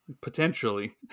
potentially